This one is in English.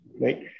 right